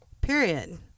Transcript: period